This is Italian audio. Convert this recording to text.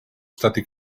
stati